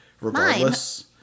regardless